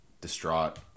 distraught